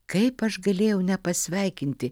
kaip aš galėjau nepasveikinti